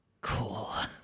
Cool